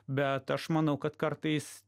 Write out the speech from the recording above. bet aš manau kad kartais